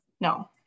No